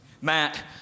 Matt